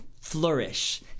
flourish